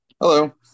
Hello